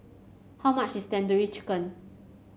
how much is Tandoori Chicken